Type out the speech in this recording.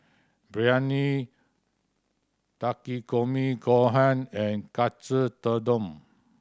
Biryani Takikomi Gohan and Katsu Tendon